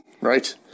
Right